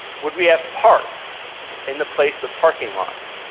would we have parks in the place of parking lots?